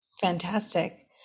Fantastic